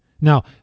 now